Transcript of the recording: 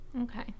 okay